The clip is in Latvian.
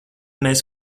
mēs